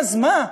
אז מה,